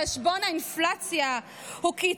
/ תקציבים לישיבות על חשבון האינפלציה / הוא קיצץ